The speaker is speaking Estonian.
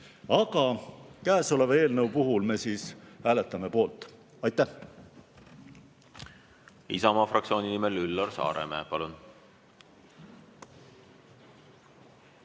Aga käesoleva eelnõu puhul me hääletame poolt. Aitäh!